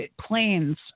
planes